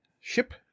ship